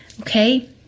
Okay